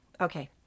Okay